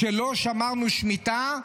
כשלא שמרנו שמיטה,